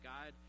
God